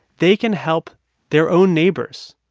they can help their own neighbors